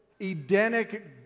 Edenic